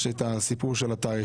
יש את הסיפור של התאריכים,